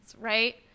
right